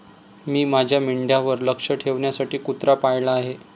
मी माझ्या मेंढ्यांवर लक्ष ठेवण्यासाठी कुत्रा पाळला आहे